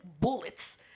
bullets